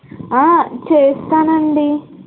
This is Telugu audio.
చేస్తానండి